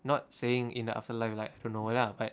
not saying in the afterlife like don't know lah but